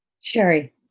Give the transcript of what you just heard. Sherry